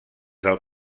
del